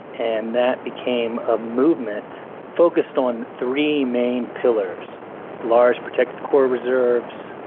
and that became a movement focused on three main pillars large protected core reserves,